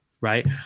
right